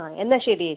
ആ എന്നാൽ ശരി ചേച്ചി